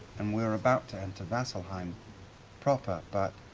and we're about to enter vasselheim proper, but